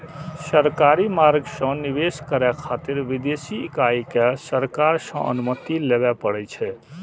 सरकारी मार्ग सं निवेश करै खातिर विदेशी इकाई कें सरकार सं अनुमति लेबय पड़ै छै